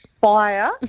fire